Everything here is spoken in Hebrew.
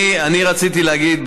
אני רציתי להגיד,